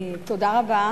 תודה רבה.